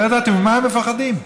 לא ידעתי ממה הם מפחדים.